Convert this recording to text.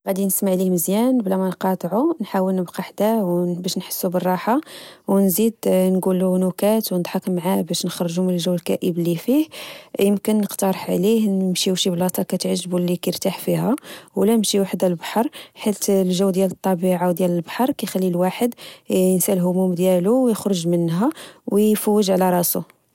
غادي نسمع ليه مزيان بلا ما نقاطعوا، نحاول نبقى حداه ونبش نحسوا بالراحة ونزيد نچولوا نكات ونضحك معاه، بش نخرجوا من الجو الكئيب إللي فيه يمكن نقترح عليه، نمشيو شي بلاصة كتعجبوا إللي كيرتاح فيها، ولا نمشيو حدا البحر حيث الجو ديال الطبيعة وديال البحر، كيخلي الواحد ينسى الهموم ديالو ويخرج منها ويفوج على راسو